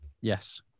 Yes